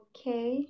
Okay